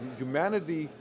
humanity